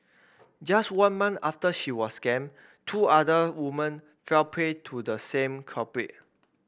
just one month after she was scammed two other women fell prey to the same culprit